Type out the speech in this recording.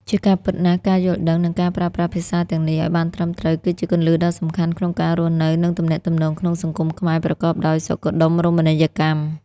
ជាការពិតណាស់ ការយល់ដឹង និងការប្រើប្រាស់ភាសាទាំងនេះឱ្យបានត្រឹមត្រូវ គឺជាគន្លឹះដ៏សំខាន់ក្នុងការរស់នៅ និងទំនាក់ទំនងក្នុងសង្គមខ្មែរប្រកបដោយសុខដុមរមណីយកម្ម។